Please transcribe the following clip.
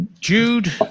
jude